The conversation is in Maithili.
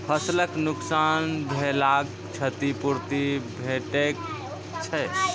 फसलक नुकसान भेलाक क्षतिपूर्ति भेटैत छै?